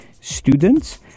students